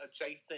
adjacent